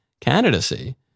candidacy